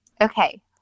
Okay